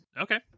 Okay